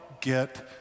get